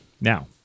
Now